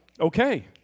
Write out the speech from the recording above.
Okay